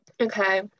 Okay